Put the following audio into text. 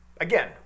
Again